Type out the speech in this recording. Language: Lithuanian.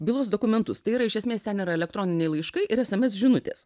bylos dokumentus tai yra iš esmės ten yra elektroniniai laiškai ir sms žinutės